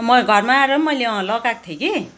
घरमा आएर पनि मैले लगाएको थिएँ कि